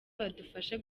badufashe